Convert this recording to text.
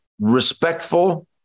respectful